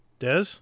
Des